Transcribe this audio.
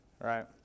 right